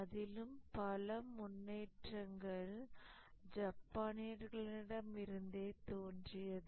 அதிலும் பல முன்னேற்றங்கள் ஜப்பானியர்களிடமிருந்தே தோன்றியது